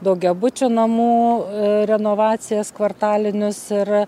daugiabučių namų renovacijas kvartalinius ir